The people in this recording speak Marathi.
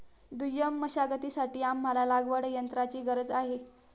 दुय्यम मशागतीसाठी आम्हाला लागवडयंत्राची गरज आहे